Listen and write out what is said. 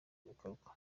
bikorwa